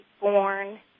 born